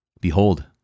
Behold